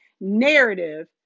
narrative